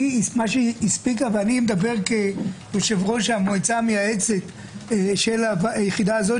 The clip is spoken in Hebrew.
מה שהיא הספיקה ואני מדבר כיושב-ראש המועצה המייעצת של היחידה הזאת,